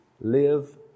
live